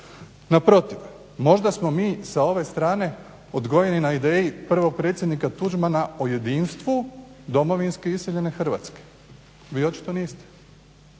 naprotiv. Možda smo mi sa ove strane odgojeni na ideji prvog predsjednika Tuđmana o jedinstvu domovinske i iseljene Hrvatske. Vi očito niste,